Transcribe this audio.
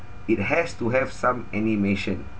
it has to have some animation